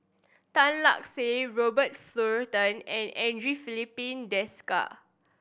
Tan Lark Sye Robert Fullerton and Andre Filipe Desker